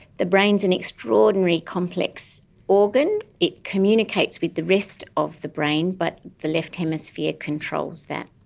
the brain is an extraordinarily complex organ. it communicates with the rest of the brain but the left hemisphere controls that.